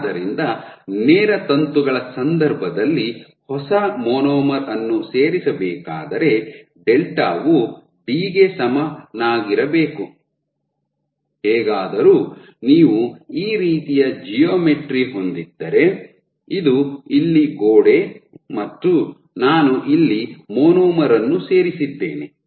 ಆದ್ದರಿಂದ ನೇರ ತಂತುಗಳ ಸಂದರ್ಭದಲ್ಲಿ ಹೊಸ ಮೊನೊಮರ್ ಅನ್ನು ಸೇರಿಸಬೇಕಾದರೆ ಡೆಲ್ಟಾ ವು ಡಿ ಗೆ ಸಮನವಾಗಿರಬೇಕು ಹೇಗಾದರೂ ನೀವು ಈ ರೀತಿಯ ಜಿಯೋಮೆಟ್ರಿ ಹೊಂದಿದ್ದರೆ ಇದು ಇಲ್ಲಿ ಗೋಡೆ ಮತ್ತು ನಾನು ಇಲ್ಲಿ ಮೊನೊಮರ್ ಅನ್ನು ಸೇರಿಸಿದ್ದೇನೆ